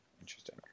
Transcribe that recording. interesting